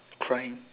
crying